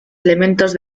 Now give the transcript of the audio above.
elementos